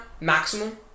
maximum